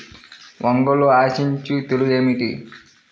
వంగలో ఆశించు తెగులు ఏమిటి?